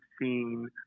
seen